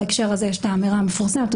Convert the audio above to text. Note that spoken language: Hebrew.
בהקשר הזה יש את האמירה המפורסמת מתחום